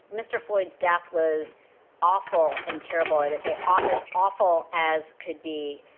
mr. floyds, death was awful and terrible at it. they ah as awful as could be.